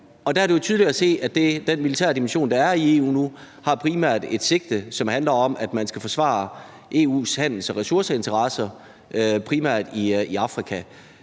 det jo tydeligt at se, at den militære dimension, der er i EU nu, primært har et sigte, som handler om, at man skal forsvare EU's handels- og ressourceinteresser, primært i Afrika.